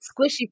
squishy